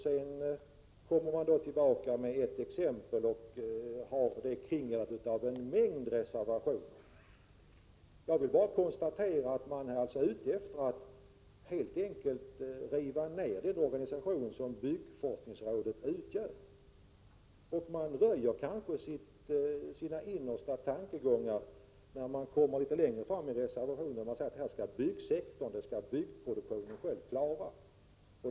Därefter kom Bertil Danielsson med ett exempel kringgärdat av en mängd reservationer. Jag vill bara konstatera att man helt enkelt är ute efter att riva ned byggforskningsrådet. Litet längre fram i reservationen röjer man kanske sina innersta tankegångar. Det står att byggsektorn och byggproduktionen själv skall klara av detta.